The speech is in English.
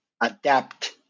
adapt